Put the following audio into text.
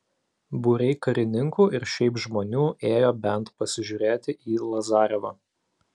būriai karininkų ir šiaip žmonių ėjo bent pasižiūrėti į lazarevą